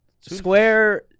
square